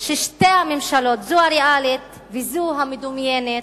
ששתי הממשלות, זו הריאלית וזו המדומיינת,